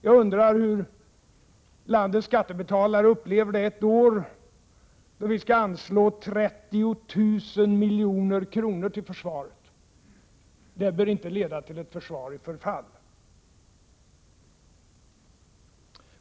Jag undrar hur landets skattebetalare upplever det ett år då vi skall satsa 30 miljarder kronor till försvaret. Det bör inte leda till ett försvar i förfall.